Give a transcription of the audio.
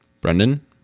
Brendan